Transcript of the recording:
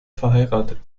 verheiratet